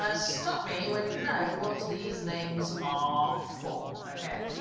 ah stop me when you know what these names are for, okay